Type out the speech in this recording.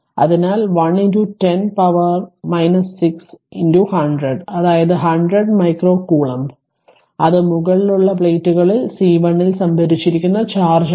അതിനാൽ 1 10 പവറിലേക്ക് 6 100 അതായത് 100 മൈക്രോ കൂളമ്പ് അത് മുകളിലുള്ള പ്ലേറ്റുകളിൽ C1 ൽ സംഭരിച്ചിരിക്കുന്ന ചാർജാണ്